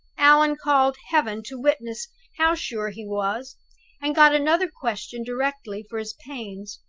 allan called heaven to witness how sure he was and got another question directly for his pains.